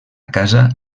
casa